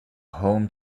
home